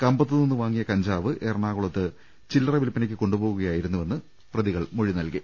കമ്പത്തുനിന്ന് വാങ്ങിയ കഞ്ചാവ് എറണാകുളത്ത് ചില്ലറ വിൽപ്പനക്ക് കൊണ്ടുപോവുകയായിരുന്നുവെന്ന് പ്രതികൾ മൊഴി നൽകി